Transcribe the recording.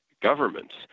governments